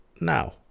now